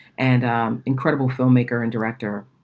and um incredible filmmaker and director,